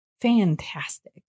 fantastic